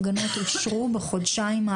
שקמה כאן ליהודים,